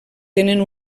tenen